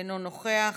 אינו נוכח,